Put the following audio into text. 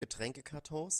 getränkekartons